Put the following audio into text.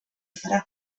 zara